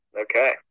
okay